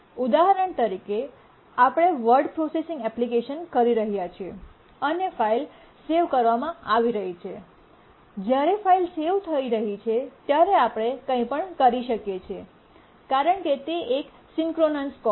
ઉદાહરણ તરીકે આપણે વર્ડ પ્રોસેસિંગ એપ્લિકેશન કરી રહ્યા છીએ અને ફાઇલ સેવ કરવામાં આવી રહી છે જ્યારે ફાઇલ સેવ થઈ રહી છે ત્યારે આપણે કંઈપણ કરી શકીએ છીએ કારણ કે તે એક સિંક્રનસ કોલ છે